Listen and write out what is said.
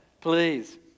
Please